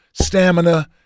stamina